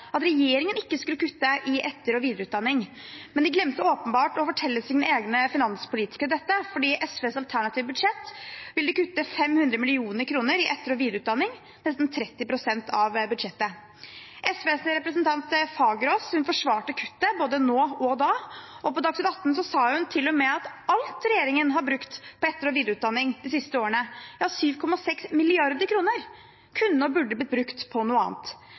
at regjeringen ikke skulle kutte i etter- og videreutdanning. Men de glemte åpenbart å fortelle sine egne finanspolitikere dette, for i SVs alternative budsjett vil de kutte 500 mill. kr i etter- og videreutdanning – nesten 30 pst. av budsjettet. SVs representant Fagerås forsvarte kuttet både nå og da, og på Dagsnytt atten sa hun til og med at alt regjeringen har brukt på etter- og videreutdanning de siste årene – ja, 7,6 mrd. kr – kunne og burde ha blitt brukt på noe annet.